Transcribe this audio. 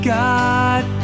god